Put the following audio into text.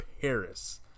Paris